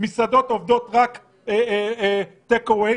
מסעדות עובדות רק בטייק אווי,